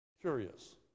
curious